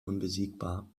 unbesiegbar